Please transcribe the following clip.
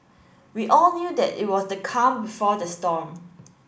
we all knew that it was the calm before the storm